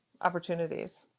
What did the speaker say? opportunities